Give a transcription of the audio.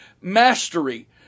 mastery